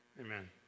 Amen